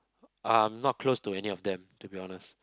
I'm not close to any of them to be honest